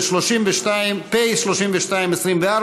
הוא פ/3224,